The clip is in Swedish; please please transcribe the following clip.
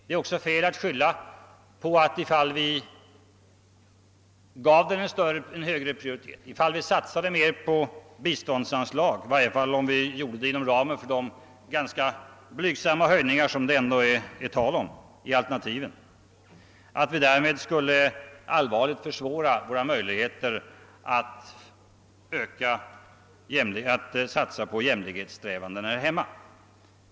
Det är också fel att skylla på att ifall vi gav u-hjälpen högre prioritet, ifall vi satsade mera på biståndsanslag — åtminstone så länge det gäller anslag av den storleksordning som är aktuell i debatten — vi därmed allvarligt skulle försvåra våra möjligheter att satsa på jämlikhetssträvandena här hemma.